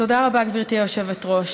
תודה רבה, גברתי היושבת-ראש.